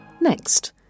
Next